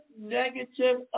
negative